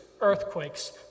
earthquakes